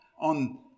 on